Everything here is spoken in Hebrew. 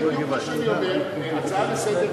זה בדיוק מה שאני אומר: הצעה לסדר-היום,